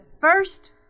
first